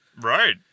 Right